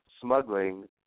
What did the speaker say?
smuggling